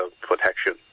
protection